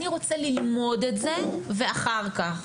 אני רוצה ללמוד את זה, ואחר כך.